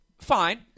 fine